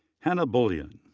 hannah bullion.